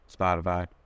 Spotify